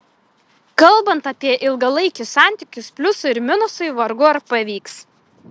kalbant apie ilgalaikius santykius pliusui ir minusui vargu ar pavyks